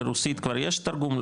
לרוסית כבר יש תרגום,